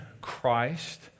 Christ